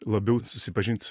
labiau susipažint